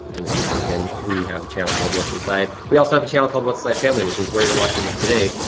and this is lincoln. we have a channel called what's inside. we also have a channel called what's inside like family, which is where you're watching this today,